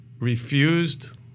refused